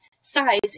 size